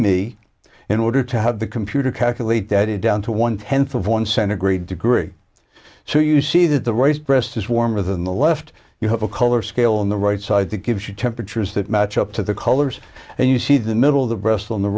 me in order to have the computer calculate that it down to one tenth of one centigrade degree so you see that the right breast is warmer than the left you have a color scale in the right side that gives you temperatures that match up to the colors and you see the middle of the breast on the